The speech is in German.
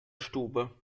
stube